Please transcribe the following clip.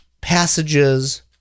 passages